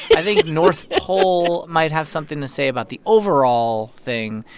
i think north pole might have something to say about the overall thing,